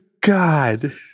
god